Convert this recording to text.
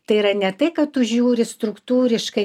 tai yra ne tai kad tu žiūri struktūriškai